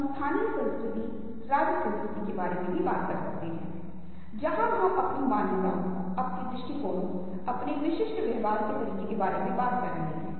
आपको एक उदाहरण देने के लिए इसी के साथ मुझे भी रंग पसंद है और मुझे नापसंद है और आप पाते हैं कि दोनों छात्रों के बीच समानता की एक निश्चित डिग्री है रंगों के समान पैटर्न उपयोग किया गया है